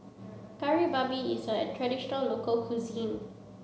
Kari Babi is a traditional local cuisine